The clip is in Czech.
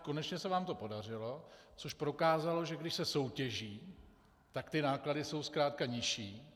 Konečně se vám to podařilo, což prokázalo, že když se soutěží, tak ty náklady jsou zkrátka nižší.